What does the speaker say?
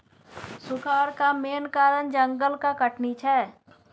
सुखारक मेन कारण जंगलक कटनी छै